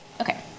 Okay